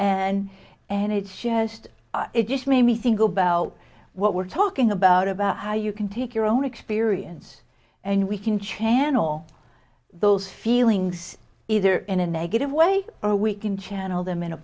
and and it's just it just made me think about what we're talking about about how you can take your own experience and we can channel those feelings either in a negative way or we can channel them in a